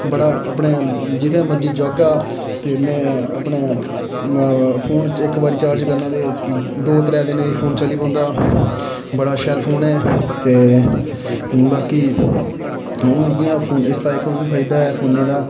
बड़ा अपने जि'त्थें मर्जी जाह्गा ते में अपने फोन इक बारी चार्ज करना ते दो त्रैऽ दिन फोन चली पौंदा बड़ा शैल फोन ऐ ते बाकी हून मिगी इसदा मिगी इक फायदा ऐ फोनै दा